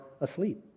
asleep